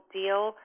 deal